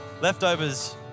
Leftovers